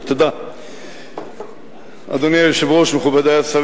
יושב-ראש הוועדה,